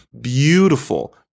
beautiful